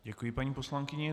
Děkuji paní poslankyni.